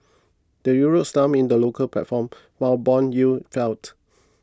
the Euro slumped in the local platform while bond yields felt